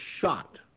shot